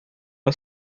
uma